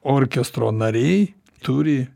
orkestro nariai turi